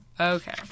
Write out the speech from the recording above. Okay